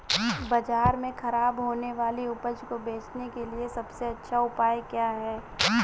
बाजार में खराब होने वाली उपज को बेचने के लिए सबसे अच्छा उपाय क्या हैं?